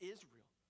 Israel